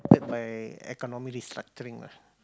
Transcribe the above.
by economic restructuring lah